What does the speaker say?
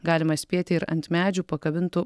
galima spėti ir ant medžių pakabintų